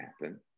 happen